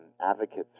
advocates